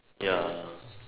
ya